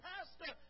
Pastor